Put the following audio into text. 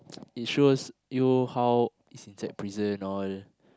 it shows you how it's inside prison all